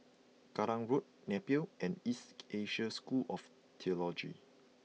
Kallang Road Napier and East Asia School of Theology